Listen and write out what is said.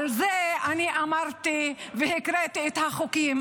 על זה אני אמרתי והקראתי את החוקים.